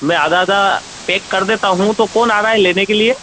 मैं आधा आधा पेक कर देता हूँ तो कौन आ रहा है लेने के लिए